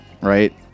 right